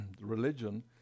religion